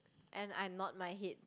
and I nod my head